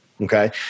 Okay